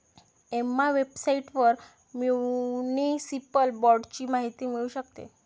Emma वेबसाइटवर municipal बाँडची माहिती मिळू शकते